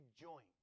joint